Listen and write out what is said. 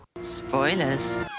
spoilers